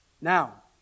Now